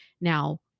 now